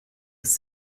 ist